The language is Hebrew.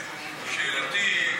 שאלתי,